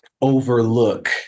overlook